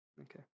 Okay